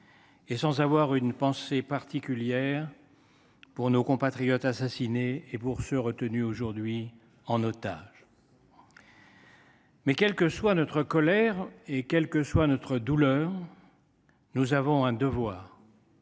sans avoir une pensée particulière pour nos compatriotes assassinés et pour ceux qui sont aujourd’hui retenus en otages. Mais quelle que soit notre colère et quelle que soit notre douleur, nous avons le devoir